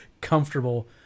comfortable